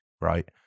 right